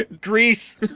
Greece